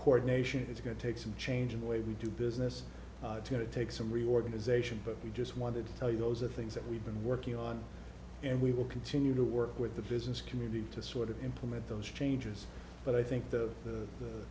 coordination it's going to take some change in the way we do business to take some reorganization but we just wanted to tell you those are things that we've been working on and we will continue to work with the business community to sort of implement those changes but i think the